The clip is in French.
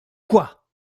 quoi